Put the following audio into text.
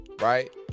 right